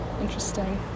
interesting